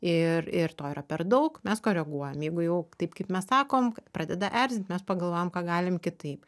ir ir to yra per daug mes koreguojam jeigu jau taip kaip mes sakom pradeda erzint mes pagalvojom ką galim kitaip